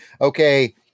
okay